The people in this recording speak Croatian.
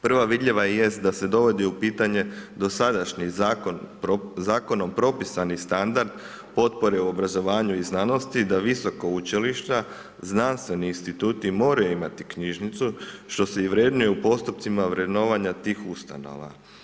Prva vidljiva jest da se dovodi u pitanje dosadašnji zakon, zakonom propisani standard potpore obrazovanju i znanosti da visoka učilišta, znanstveni instituti moraju imati knjižnicu što se i vrednuje u postupcima vrednovanja tih ustanova.